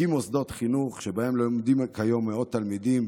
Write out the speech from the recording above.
הקים מוסדות חינוך שבהם לומדים היום מאות תלמידים,